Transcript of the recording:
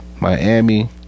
Miami